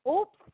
Oops